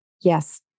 Yes